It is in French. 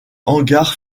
hangar